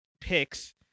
picks